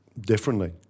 differently